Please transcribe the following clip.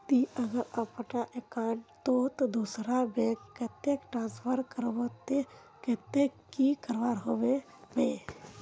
ती अगर अपना अकाउंट तोत दूसरा बैंक कतेक ट्रांसफर करबो ते कतेक की करवा होबे बे?